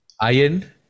Iron